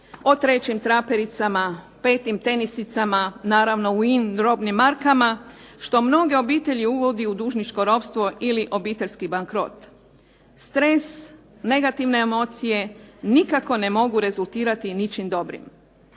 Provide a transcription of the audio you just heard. o trećim trapericama, petim tenisicama, naravno u in robnim markama, što mnoge obitelji uvodi u dužničko ropstvo ili obiteljski bankrot. Stres, negativne emocije nikako ne mogu rezultirati ničim dobrim.